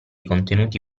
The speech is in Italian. contenuti